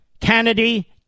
Kennedy